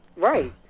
right